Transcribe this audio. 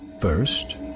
first